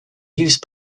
use